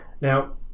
Now